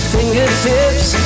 Fingertips